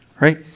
right